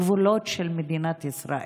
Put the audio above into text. בגבולות של מדינת ישראל,